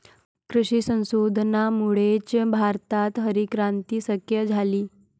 कृषी संशोधनामुळेच भारतात हरितक्रांती शक्य झाली